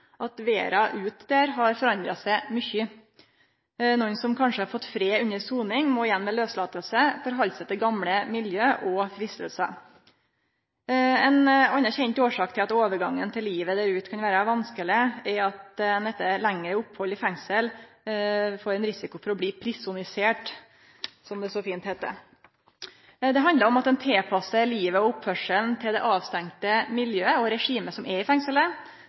at verda der ute har forandra seg mykje. Nokre som kanskje har fått fred under soning, må igjen ved lauslating halde seg til gamle miljø og freistingar. Ei anna kjend årsak til at overgangen til livet der ute kan vere vanskeleg, er at ein etter eit lengre opphald i fengsel har ein risiko for å bli «prisonisert», som det så fint heiter. Det handlar om at ein tilpassar livet og oppførselen til det avstengde miljøet og regimet som er i fengselet.